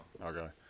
Okay